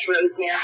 rosemary